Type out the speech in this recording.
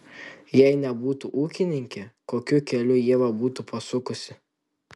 jei nebūtų ūkininkė kokiu keliu ieva būtų pasukusi